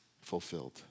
fulfilled